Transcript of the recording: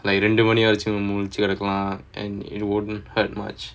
ரெண்டு மணி ஆயிடுச்சி முழிச்சி கிடக்கலாம்:rendu mani aayiduchi mulichi kiadakalaam and it wouldn't hurt much